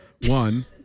One